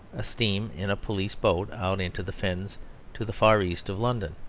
a steam in a police boat out into the fens to the far east of london.